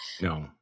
No